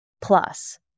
Plus